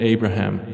Abraham